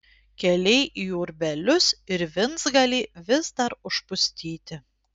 keliai į urbelius ir vincgalį vis dar užpustyti